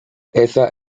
esa